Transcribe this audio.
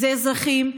אלה אזרחים,